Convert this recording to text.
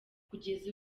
kugeza